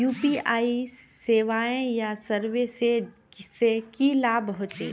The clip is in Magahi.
यु.पी.आई सेवाएँ या सर्विसेज से की लाभ होचे?